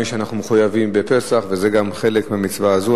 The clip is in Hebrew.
שאנחנו מחויבים בה בפסח, וזה גם חלק מהמצווה הזאת.